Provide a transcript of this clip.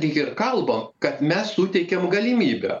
lyg ir kalbam kad mes suteikėm galimybę